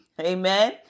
Amen